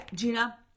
Gina